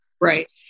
Right